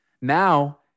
Now